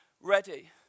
ready